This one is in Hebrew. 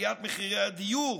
עליית מחירי הדיור